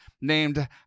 named